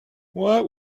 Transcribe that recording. what